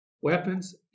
weapons